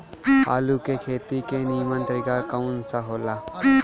आलू के खेती के नीमन तरीका कवन सा हो ला?